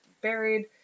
buried